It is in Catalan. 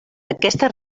aquesta